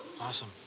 awesome